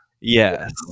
Yes